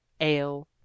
ale